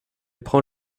prend